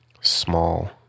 small